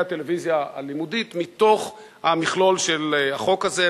הטלוויזיה הלימודית מתוך המכלול של החוק הזה.